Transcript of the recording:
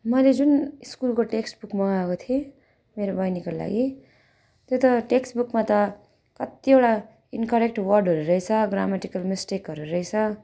मैले जुन स्कुलको टेक्स्ट बुक मगाएको थिएँ मेरो बहिनीको लागि त्यो त टेक्स्ट बुकमा त कतिवटा इनकरेक्ट वर्डहरू रहेछ ग्रामटिकल मिस्टेकहरू रहेछ